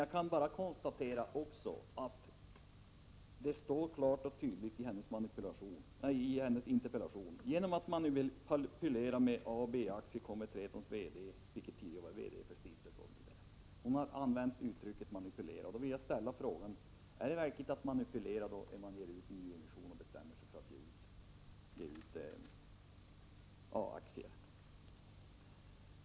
Jag kan också konstatera att Britta Bjelle i sin interpellation skriver: ”Genom manipulation med A och B-aktier kommer Tetrons VD -.” Hon har alltså använt uttrycket ”manipulation”, och jag vill då ställa frågan: Är det verkligen att manipulera när man bestämmer sig för att ge ut en nyemission av A-aktier?